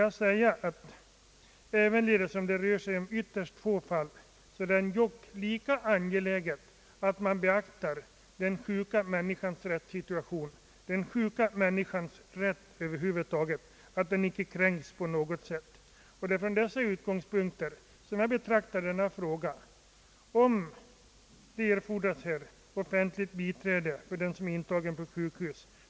Jag vill betona att det, även om det rör sig om ytterst få fall, ändå är lika angeläget att den sjuka människans rättssituation beaktas och att hennes rätt över huvud taget icke kränkes på något sätt. Det är från dessa utgångspunkter som jag betraktar frågan om offentligt biträde åt den som är intagen på sjukhus.